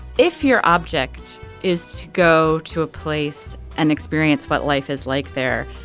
if your object is to go to a place and experience what life is like there.